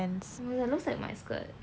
that I looks like my skirt